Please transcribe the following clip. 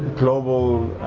global